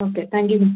okay thank you miss